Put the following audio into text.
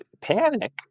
panic